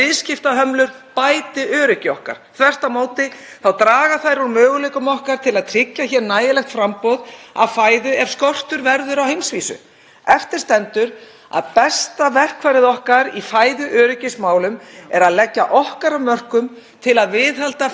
Eftir stendur að besta verkfærið okkar í fæðuöryggismálum er að leggja okkar af mörkum til að viðhalda friði í heiminum og tryggja áfram gott og dýpra samstarf við þau ríki sem stefna að sama marki.